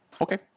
Okay